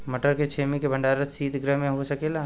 मटर के छेमी के भंडारन सितगृह में हो सकेला?